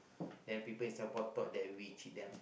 then people in Singapore thought that we cheat them